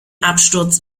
absturz